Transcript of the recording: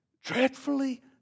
dreadfully